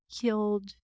killed